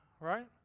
right